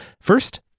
First